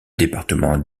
département